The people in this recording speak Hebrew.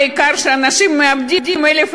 העיקר שאנשים מאבדים 1,000,